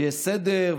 ויש סדר,